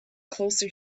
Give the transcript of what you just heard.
closer